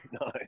no